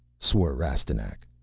swore rastignac.